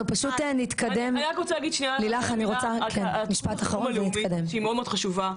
אני רק רוצה להגיד על תוכנית החירום הלאומית שהיא מאוד חשובה,